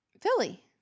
Philly